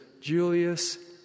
Julius